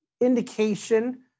indication